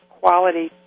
quality